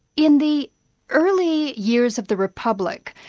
in the early years of the republic,